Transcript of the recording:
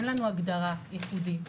אין לנו הגדרה ייחודית.